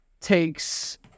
takes